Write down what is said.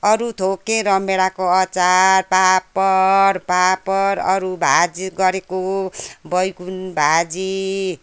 अरू थोक के रमभेँडाको अचार पापड पापड अरू भाजी गरेको बैगुन भाजी